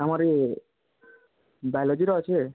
ଆମର ଇ ବାୟୋଲୋଜିର ଅଛେ